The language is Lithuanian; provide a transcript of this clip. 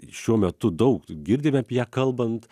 šiuo metu daug girdime apie ją kalbant